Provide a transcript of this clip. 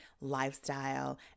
lifestyle